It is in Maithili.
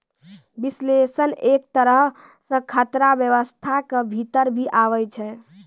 विश्लेषण एक तरहो से खतरा व्यवस्था के भीतर भी आबै छै